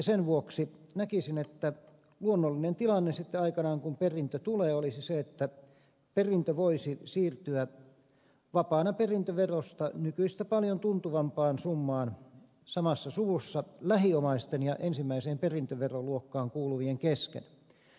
sen vuoksi näkisin että luonnollinen tilanne sitten aikanaan kun perintö tulee olisi se että perintö voisi siirtyä vapaana perintöverosta nykyistä paljon tuntuvampaan summaan samassa suvussa lähiomaisten ja ensimmäiseen perintöveroluokkaan kuuluvien kesken